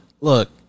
look